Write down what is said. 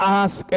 ask